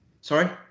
Sorry